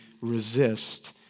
resist